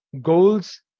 goals